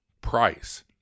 price